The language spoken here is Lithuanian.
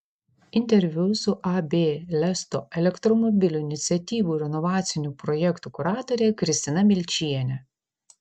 interviu su ab lesto elektromobilių iniciatyvų ir inovacinių projektų kuratore kristina milčiene